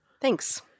Thanks